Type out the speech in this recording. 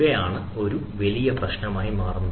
ഇവയാണ് ഒരു വലിയ പ്രശ്നമായി മാറുന്നത്